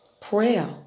Prayer